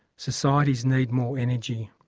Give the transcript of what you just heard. societies need more energy.